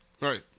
Right